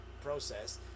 process